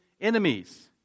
enemies